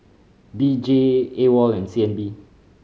D J AWOL and C N B